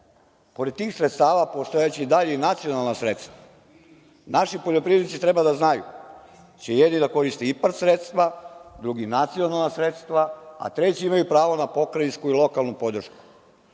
Pored tih sredstava postojaće i dalje nacionalna sredstva. Naši poljoprivrednici treba da znaju da će jedni da koriste IPARD sredstva, drugi nacionalna sredstva, a treći imaju pravo na pokrajinsku i lokalnu podršku,